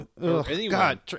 God